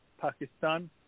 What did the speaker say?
Pakistan